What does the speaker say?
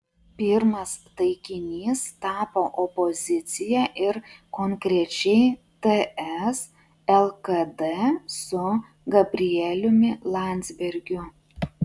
pirmas taikinys tapo opozicija ir konkrečiai ts lkd su gabrieliumi landsbergiu